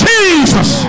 Jesus